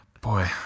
Boy